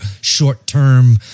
short-term